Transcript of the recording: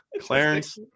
Clarence